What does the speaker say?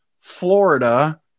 Florida